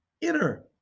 inner